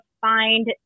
find